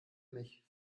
mich